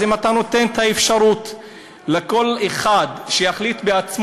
אז אם אתה נותן את האפשרות שהוא יחליט בעצמו,